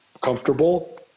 Comfortable